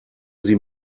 sie